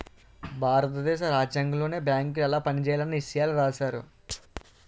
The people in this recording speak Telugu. భారత దేశ రాజ్యాంగంలోనే బేంకులు ఎలా పనిజేయాలన్న ఇసయాలు రాశారు